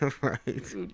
Right